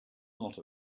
not